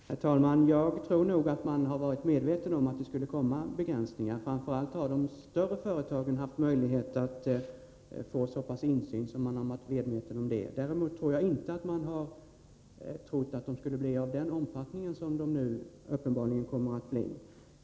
Herr talman! Jag tror nog att man har varit medveten om att det skulle komma begränsningar, framför allt har de större företagen haft möjligheter att få en sådan insyn att de blivit medvetna om det. Däremot tror jag inte att man har trott att de skulle bli av den omfattning som de nu uppenbarligen kommer att bli.